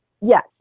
yes